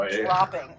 dropping